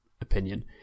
opinion